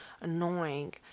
annoying